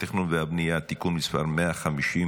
(תשלום דמי חניה), התשפ"ד